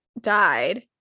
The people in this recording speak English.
died